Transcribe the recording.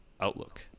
outlook